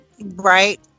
right